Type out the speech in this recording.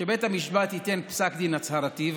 שבית המשפט ייתן פסק דין הצהרתי,